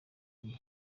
gihe